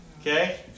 Okay